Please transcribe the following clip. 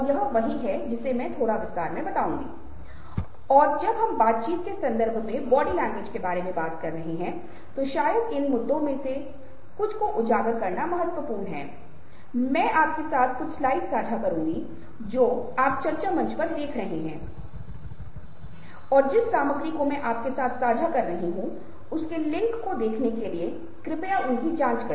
यदि आप उदासी को देखते हैं उदासी में जो मूल रूप से होता है वह यह है कि इस जगह के आस पास की मांसपेशियां यदि आप थोड़ा सा नीचे हो जाती हैं तो थोड़ा सा उठें मुझे खेद है और इसलिए आपके माथे पर एक छोटी सी शिकन है